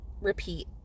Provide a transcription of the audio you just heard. repeat